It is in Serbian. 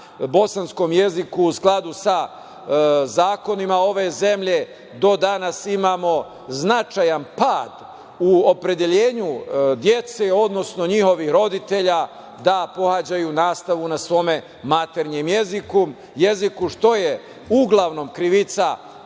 bosanskom jeziku, u skladu sa zakonima ove zemlje, do danas imamo značajan pad u opredeljenju dece, odnosno njihovih roditelja, da pohađaju nastavu na svom maternjem jeziku, što je uglavnom krivica